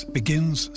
begins